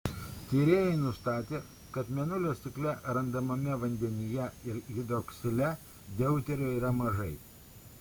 tyrėjai nustatė kad mėnulio stikle randamame vandenyje ir hidroksile deuterio yra mažai